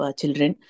children